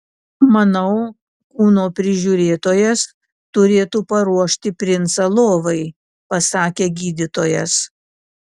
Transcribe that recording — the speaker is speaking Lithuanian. manau kūno prižiūrėtojas turėtų paruošti princą lovai pasakė gydytojas